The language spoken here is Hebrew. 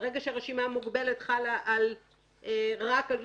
ברגע שהרשימה המוגבלת חלה רק על